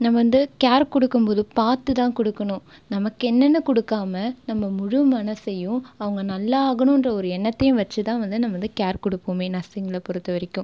நம்ம வந்து கேர் கொடுக்கும் போது பார்த்து தான் கொடுக்கணும் நமக்கு என்னென்னு கொடுக்காம நம்ம முழு மனதையும் அவங்க நல்லா ஆகணுங்ற ஒரு எண்ணத்தையும் வைச்சு தான் வந்து நம்ம வந்து கேர் கொடுப்போமே நர்சிங்கில் பொறுத்த வரைக்கும்